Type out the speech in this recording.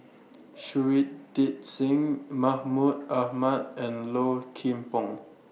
Shui Tit Sing Mahmud Ahmad and Low Kim Pong